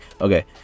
Okay